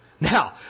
Now